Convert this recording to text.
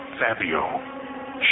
Fabio